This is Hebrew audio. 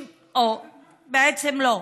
בעצם לא,